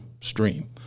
stream